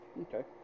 Okay